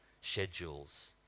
schedules